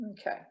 Okay